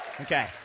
Okay